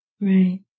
Right